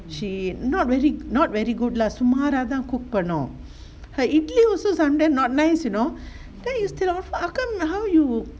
she not very not very good lah சுமாராதான்:sumaaraathan cook பண்ணுனோம்:pannunom her also sometimes not nice you know then you still offer how come how you